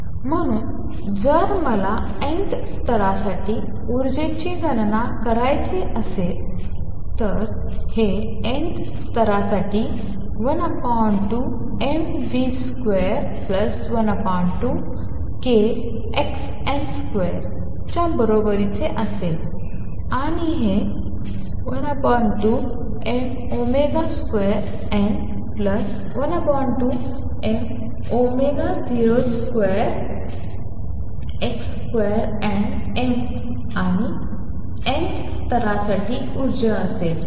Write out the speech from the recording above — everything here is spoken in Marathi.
म्हणून जर मला nth स्तरासाठी ऊर्जेची गणना करायची असेल तर हे nth स्तरासाठी 12mvn2 12kxn2 च्या बरोबरीचे असेल आणि हे 12mvnn2 12m02xnn2 आणि ती nth स्तरासाठी ऊर्जा असेल